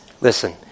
Listen